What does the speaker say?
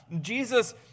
Jesus